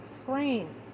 screen